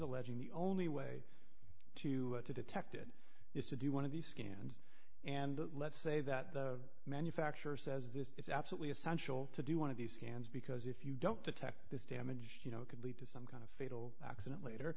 alleging the only way to detect it is to do one of these scans and let's say that the manufacturer says this is absolutely essential to do one of these scans because if you don't detect this damage you know it could lead to some kind of fatal accident later